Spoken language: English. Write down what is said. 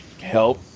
help